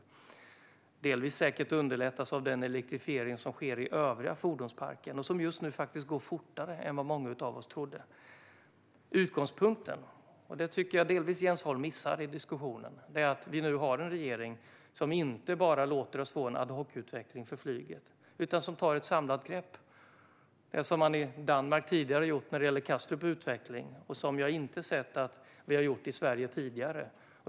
Delvis kommer detta säkert att underlättas av den elektrifiering som sker i den övriga fordonsparken och just nu faktiskt går fortare än många av oss trodde. Utgångspunkten, som jag tycker att Jens Holm delvis missar i diskussionen, är att vi nu har en regering som inte bara låter oss få en ad hoc-utveckling för flyget utan tar ett samlat grepp, som man i Danmark tidigare har gjort när det gäller Kastrups utveckling. Jag har inte sett att vi har gjort det i Sverige tidigare.